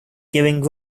giving